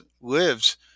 lives